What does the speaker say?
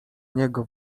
niego